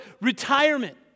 retirement